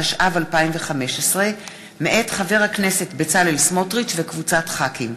התשע"ו 2015. לדיון מוקדם: